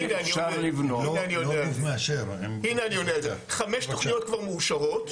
חמש תוכניות כבר מאושרות,